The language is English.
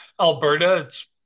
Alberta